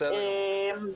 בסדר גמור.